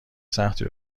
سختی